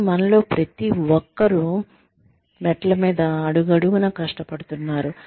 కానీ మనలో ప్రతి ఒక్కరూ మెట్ల మీద అడుగడుగునా కష్టపడుతున్నారు